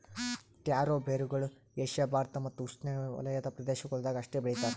taro ಬೇರುಗೊಳ್ Asia Bharat ಮತ್ತ್ ಉಷ್ಣೆವಲಯದ ಪ್ರದೇಶಗೊಳ್ದಾಗ್ ಅಷ್ಟೆ ಬೆಳಿತಾರ್